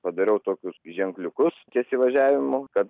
padariau tokius ženkliukus ties įvažiavimu kad